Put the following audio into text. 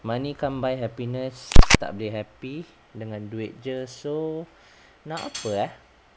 money can't buy happiness tak boleh happy dengan duit jer so